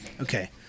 Okay